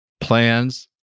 plans